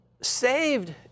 saved